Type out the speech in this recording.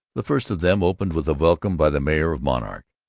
the first of them opened with a welcome by the mayor of monarch.